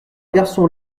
garçon